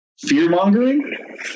fear-mongering